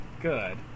good